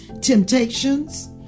temptations